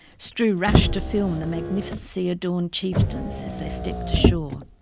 strewe rushed to film the magnificently adorned chieftains as they stepped ashore.